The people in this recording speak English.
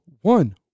one